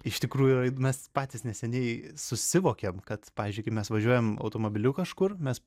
iš tikrųjų mes patys neseniai susivokėm kad pavyzdžiui kai mes važiuojam automobiliu kažkur mes